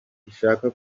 rishaka